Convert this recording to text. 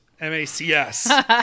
M-A-C-S